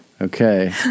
Okay